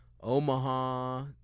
Omaha